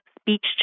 speech